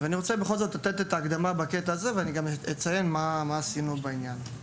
אתן הקדמה בקטע זה, ואציין גם מה עשינו בעניין.